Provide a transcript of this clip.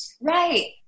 Right